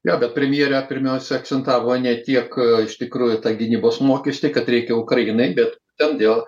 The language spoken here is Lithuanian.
jo bet premjerė pirmiausiai akcentavo ne tiek iš tikrųjų tą gynybos mokestį kad reikia ukrainai bet ten dėl